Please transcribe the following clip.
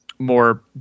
more